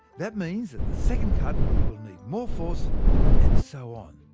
that means the second cut will need more force and so on.